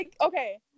okay